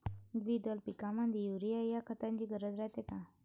द्विदल पिकामंदी युरीया या खताची गरज रायते का?